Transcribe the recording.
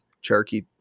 Cherokee